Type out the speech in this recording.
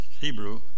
Hebrew